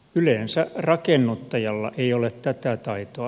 yleensä rakennuttajalla ei ole tätä taitoa